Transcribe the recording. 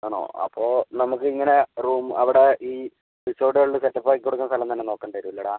ആണോ അപ്പോൾ നമുക്ക് ഇങ്ങനെ റൂമ് അവിടെ ഈ റിസോട്ട്കളിൽ സെറ്റപ്പാക്കി കൊടുക്കുന്ന സ്ഥലം തന്നെ നോക്കേണ്ടി വരും അല്ലേടാ